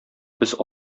без